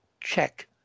check